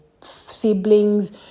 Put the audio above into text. siblings